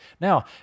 Now